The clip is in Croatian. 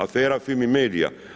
Afera Fimi Media?